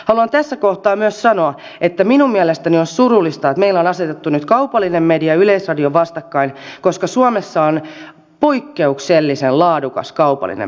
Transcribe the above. haluan tässä kohtaa myös sanoa että minun mielestäni on surullista että meillä on asetettu nyt kaupallinen media ja yleisradio vastakkain koska suomessa on poikkeuksellisen laadukas kaupallinen media